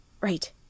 Right